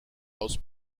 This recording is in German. aus